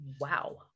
Wow